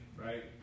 right